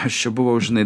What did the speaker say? aš čia buvau žinai